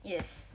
yes